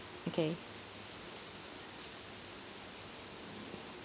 okay